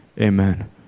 Amen